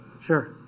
Sure